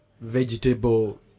vegetable